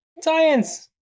Science